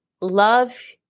love